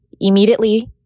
immediately